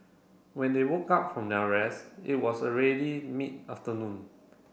when they woke up from their rest it was already mid afternoon